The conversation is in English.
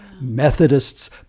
Methodists